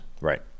right